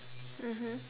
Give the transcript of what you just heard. mmhmm